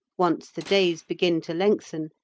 once the days begin to lengthen,